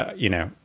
ah you know,